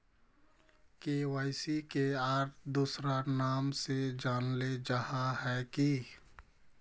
KYC के आर दोसरा नाम से जानले जाहा है की?